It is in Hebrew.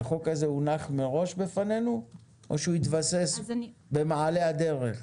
האם החוק הזה הונח מראש בפנינו או שהוא התבסס במעלה הדרך?